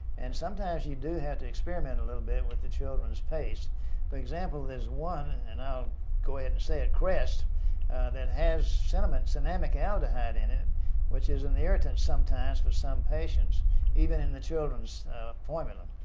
and sometimes you do have to experiment a little bit with the children's paste one but example there's one and i'll go ahead and say it, crest that has cinnamic cinnamic aldehyde in it which is an irritant sometimes for some patients even in the children's formula.